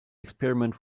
experiment